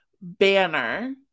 banner